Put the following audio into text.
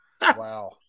Wow